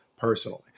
personally